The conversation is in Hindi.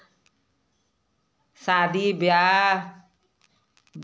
शादी ब्याह